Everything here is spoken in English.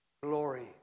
glory